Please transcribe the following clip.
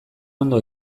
ondo